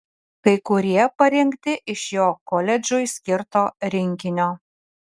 kai kurie parinkti iš jo koledžui skirto rinkinio